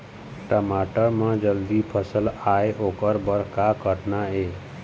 टमाटर म जल्दी फल आय ओकर बर का करना ये?